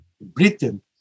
Britain